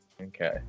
Okay